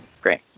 Great